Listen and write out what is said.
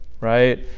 Right